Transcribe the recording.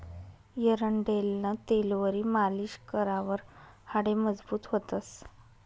एरंडेलनं तेलवरी मालीश करावर हाडे मजबूत व्हतंस